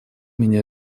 меня